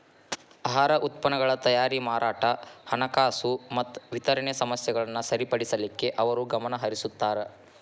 ಆಹಾರ ಉತ್ಪನ್ನಗಳ ತಯಾರಿ ಮಾರಾಟ ಹಣಕಾಸು ಮತ್ತ ವಿತರಣೆ ಸಮಸ್ಯೆಗಳನ್ನ ಸರಿಪಡಿಸಲಿಕ್ಕೆ ಅವರು ಗಮನಹರಿಸುತ್ತಾರ